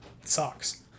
sucks